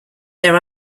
there